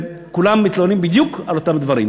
כולם מתלוננים בדיוק על אותם דברים.